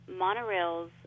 monorails